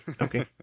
Okay